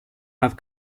have